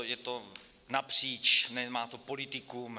Je to napříč, nemá to politikum.